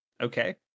Okay